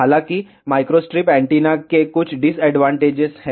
हालांकि microstrip antenna के कुछ डिसअडवांटेज हैं